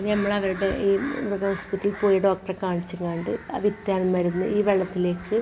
ഇനി നമ്മൾ അവരുടെ ഈ മൃഗാസ്പത്രീ പോയി ഡോക്ടറെ കാണിച്ച് കണ്ട് ആ വിറ്റാമിൻ മരുന്ന് ഈ വെള്ളത്തിലേക്ക്